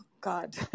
God